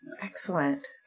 Excellent